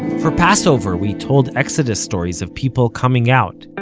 for passover we told exodus stories of people coming out,